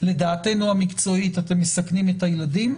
לדעתנו המקצועית אתם מסכנים את הילדים,